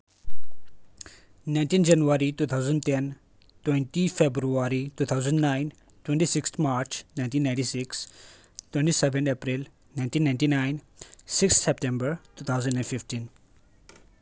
nineteen January two thousand ten twenty February two thousand nine twenty six March nineteen ninety six twenty seven April nineteen ninety nine six September two thousand and fifteen